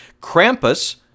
Krampus